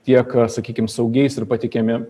tiek sakykim saugiais ir pateikiami